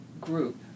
group